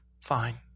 Fine